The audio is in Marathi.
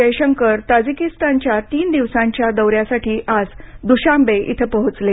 जयशंकर तजाकिस्तानच्या तीन दिवसांच्या दौऱ्यासाठी आज दुशांबे इथं पोहोचले